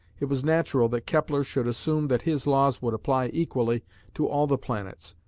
it was natural that kepler should assume that his laws would apply equally to all the planets,